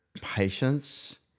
patience